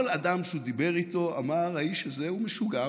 כל אדם שדיבר איתו אמר: האיש הזה משוגע,